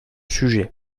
sujet